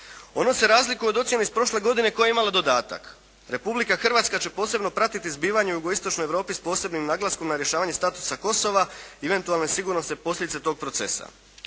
Ono se razlikuje od ocjene iz prošle godine koja je imala dodatak. Republika Hrvatska će posebno pratiti zbivanja u Jugoistočnoj Europi s posebnim naglaskom na rješavanje statusa Kosova i eventualne i sigurnosne posljedice toga procesa.